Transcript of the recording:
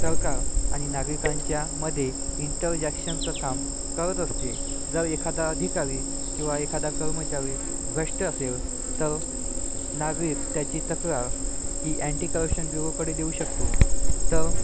सरकार आणि नागरिकांच्या मध्ये इंटरजेक्शनचं काम करत असते जर एखादा अधिकारी किंवा एखादा कर्मचारी भ्रष्ट असेल तर नागरिक त्याची तक्रार ही अँटीकरप्शन ब्युरोकडे देऊ शकतो तर